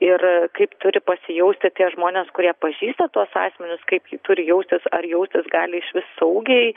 ir kaip turi pasijausti tie žmonės kurie pažįsta tuos asmenis kaip ji turi jaustis ar jaustis gali išvis saugiai